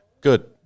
good